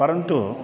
परन्तु